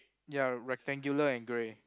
ya rectangular and grey